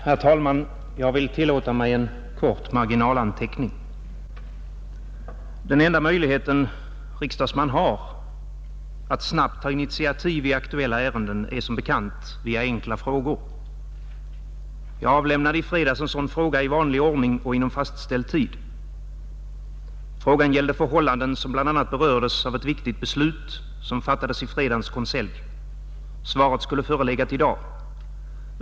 Herr talman! Jag vill tillåta mig en kort marginalanteckning. Den enda möjlighet en riksdagsman har att snabbt ta initiativ i aktuella ärenden är som bekant via enkla frågor. Jag avlämnade i fredags en sådan fråga i vanlig ordning och inom fastställd tid. Frågan gällde förhållanden som bl.a. berördes av ett viktigt beslut som fattades i fredagens konselj. Svaret skulle ha förelegat i dag.